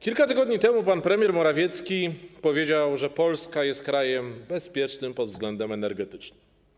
Kilka tygodni temu pan premier Morawiecki powiedział, że Polska jest krajem bezpiecznym pod względem energetycznym.